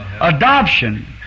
Adoption